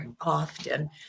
often